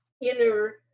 inner